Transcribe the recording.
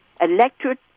electric